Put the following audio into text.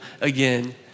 again